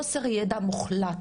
חוסר ידע מוחלט,